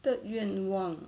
third 愿望